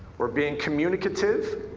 we're being communicative.